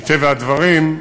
מטבע הדברים,